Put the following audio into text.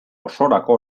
osorako